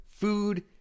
food